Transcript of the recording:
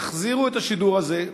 תחזירו את השידור הזה.